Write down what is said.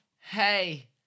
Hey